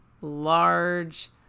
large